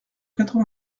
quatre